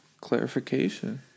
Clarification